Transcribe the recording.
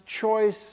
choice